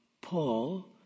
Paul